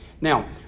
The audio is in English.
Now